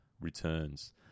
returns